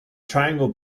triangle